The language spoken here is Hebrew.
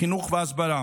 חינוך והסברה.